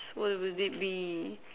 what would it be